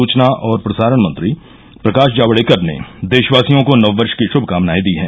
सूचना और प्रसारण मंत्री प्रकाश जावडेकर ने देशवासियों को नववर्ष की श्भकामनाएं दी हैं